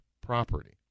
property